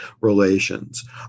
relations